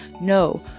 no